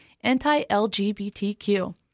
anti-LGBTQ